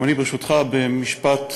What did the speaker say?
גם אני, ברשותך, במשפט,